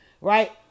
right